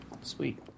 Sweet